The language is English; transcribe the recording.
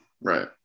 right